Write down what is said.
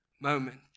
moment